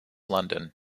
london